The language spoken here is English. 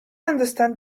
understand